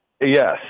yes